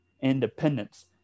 Independence